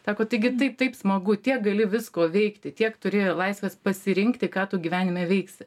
sako taigi taip taip smagu tiek gali visko veikti tiek turi laisvės pasirinkti ką tu gyvenime veiksi